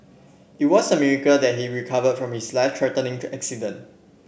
it was a miracle that he recover from his life threatening accident